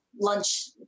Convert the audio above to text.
lunch